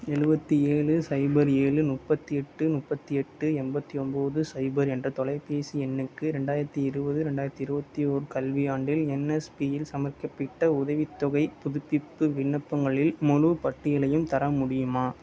எழுபத்து ஏழு சைபர் ஏழு முப்பத்தி எட்டு முப்பத்தி எட்டு எண்பத்தி ஒன்பது சைபர் என்ற தொலைபேசி எண்ணுக்கு இரண்டாயிரத்து இருபது இரண்டாயிரத்து இருபத்தி ஒன்று கல்வியாண்டில் என்எஸ்பியில் சமர்ப்பிக்கப்பட்ட உதவித்தொகைப் புதுப்பிப்பு விண்ணப்பங்களின் முழுப் பட்டியலையும் தர முடியுமா